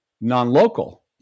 non-local